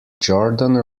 jordan